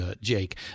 Jake